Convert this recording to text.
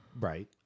right